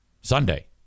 Sunday